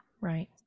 right